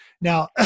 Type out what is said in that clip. Now